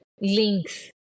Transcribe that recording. links